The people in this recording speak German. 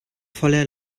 voller